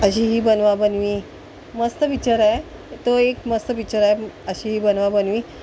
अशी ही बनवाबनवी मस्त पिच्चर आहे तो एक मस्त पिच्चर आहे अशी ही बनवाबनवी